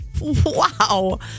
Wow